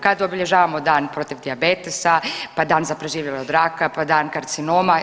Kad obilježavamo Dan protiv dijabetesa, pa dan za preživjele od raka, pa dan karcinoma.